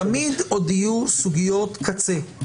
-- תמיד עוד יהיו סוגיות קצה.